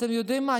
אתם יודעים מה?